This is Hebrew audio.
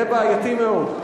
זה בעייתי מאוד.